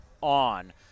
on